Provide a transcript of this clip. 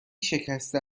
شکسته